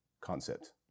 concept